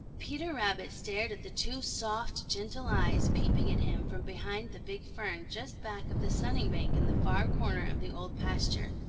peter rabbit stared at the two soft, gentle eyes peeping at him from behind the big fern just back of the sunning-bank in the far corner of the old pasture.